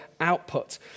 output